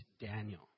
Daniel